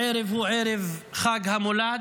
הערב הוא ערב חג המולד.